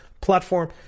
platform